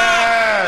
אל תדאג.